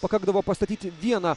pakakdavo pastatyti vieną